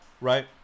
right